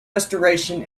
restoration